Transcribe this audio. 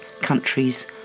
countries